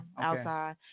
outside